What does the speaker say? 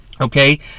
Okay